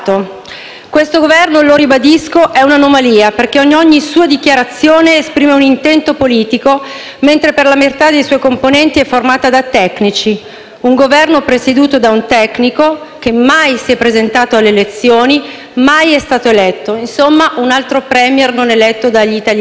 Questo Governo - lo ribadisco - è un'anomalia, perché in ogni sua dichiarazione esprime un intento politico, mentre, per la metà dei suoi componenti, è formato da tecnici. Un Governo presieduto da un tecnico, che mai si è presentato alle elezioni e mai è stato eletto. Insomma, un altro *Premier* non eletto dagli italiani.